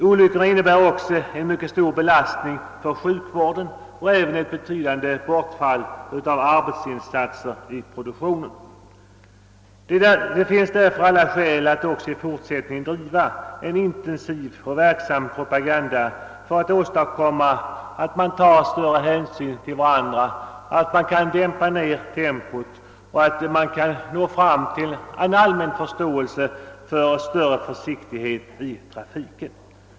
Olyckorna innebär också en mycket stor belastning för sjukvården och även ett betydande bortfall av arbetsinsatser i produktionen. Det finns därför alla skäl att också i fortsättningen driva en intensiv och verksam propaganda för att åstadkomma, att trafikanterna tar större hänsyn till varandra och dämpar ner tempot. En allmän förståelse för större försiktighet i trafiken måste eftersträvas.